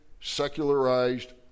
secularized